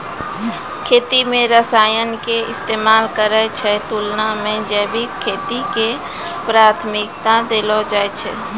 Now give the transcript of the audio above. खेती मे रसायन के इस्तेमाल करै के तुलना मे जैविक खेती के प्राथमिकता देलो जाय छै